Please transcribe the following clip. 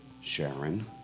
Sharon